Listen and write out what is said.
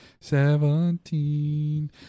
Seventeen